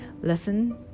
Listen